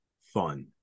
fun